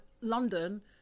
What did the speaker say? London